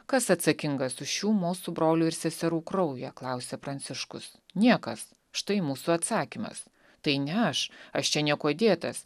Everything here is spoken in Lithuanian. kas atsakingas už šių mūsų brolių ir seserų kraują klausė pranciškus niekas štai mūsų atsakymas tai ne aš aš čia niekuo dėtas